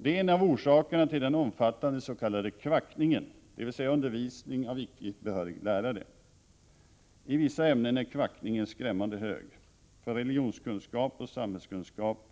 Det är en av orsakerna till den omfattande s.k. kvackningen — dvs. undervisning av icke behörig lärare. I vissa ämnen är kvackningen skrämmande hög. För religionskunskap och samhällskunskap